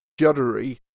juddery